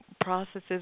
processes